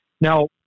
Now